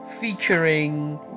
featuring